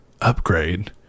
Upgrade